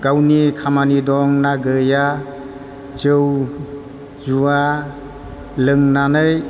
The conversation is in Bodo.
गावनि खामानि दं ना गैया जौ जुवा लोंनानै